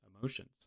emotions